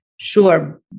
sure